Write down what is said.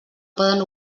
poden